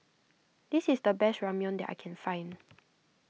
this is the best Ramyeon that I can find